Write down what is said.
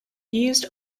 used